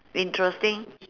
interesting